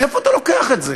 מאיפה אתה לוקח את זה?